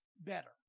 better